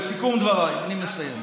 לסיכום דבריי, אני מסיים.